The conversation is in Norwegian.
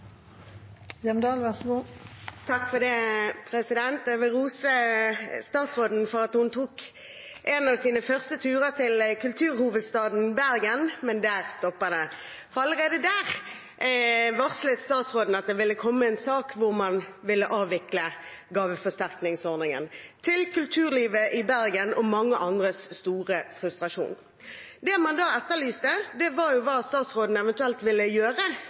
Jeg vil rose statsråden for at hun tok en av sine første turer til kulturhovedstaden, Bergen. Men der stopper det, for allerede der varslet statsråden at det ville komme en sak hvor man ville avvikle gaveforsterkningsordningen – til stor frustrasjon for kulturlivet i Bergen og mange andre. Det man da etterlyste, var hva statsråden eventuelt ville gjøre